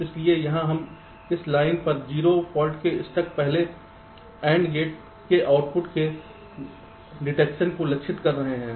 इसलिए यहाँ हम इस लाइन पर 0 फाल्ट के स्टक पहले AND गेट के आउटपुट के डिटेक्शन को लक्षित कर रहे हैं